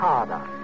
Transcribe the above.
harder